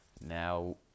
Now